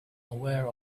aware